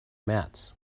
mats